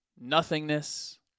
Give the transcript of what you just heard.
nothingness